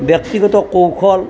ব্যক্তিগত কৌশল